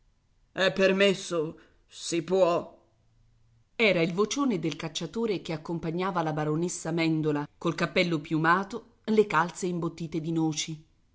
è permesso si può era il vocione del cacciatore che accompagnava la baronessa mèndola col cappello piumato le calze imbottite di noci